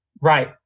Right